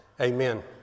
amen